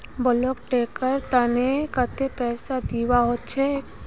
bulk tanker तने कत्ते पैसा दीबा ह छेक